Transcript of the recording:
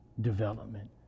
development